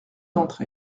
d’entre